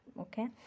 okay